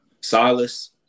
Silas